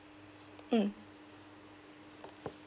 mm